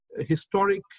Historic